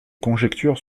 conjectures